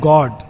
God